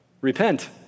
repent